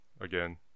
again